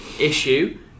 issue